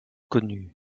connue